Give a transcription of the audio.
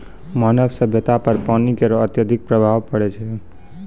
मानव सभ्यता पर पानी केरो अत्यधिक प्रभाव पड़ै छै